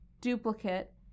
duplicate